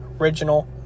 original